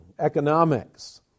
economics